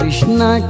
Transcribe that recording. Krishna